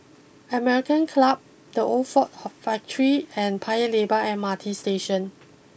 American Club the Old Ford Factory and Paya Lebar M R T Station